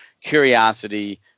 curiosity